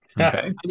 Okay